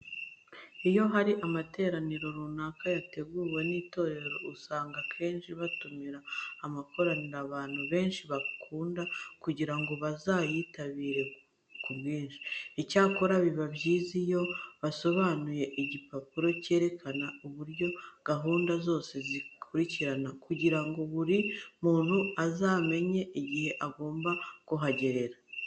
Iyo hari amateraniro runaka yateguwe n'itorero usanga akenshi batumira amakorari abantu benshi bakunda kugira ngo bazayitabire ku bwinshi. Icyakora biba byiza iyo basohoye igipapuro cyerekana uburyo gahunda zose zizakurikirana kugira ngo buri muntu azamenye igihe agomba kuhagerera.